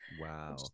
Wow